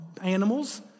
animals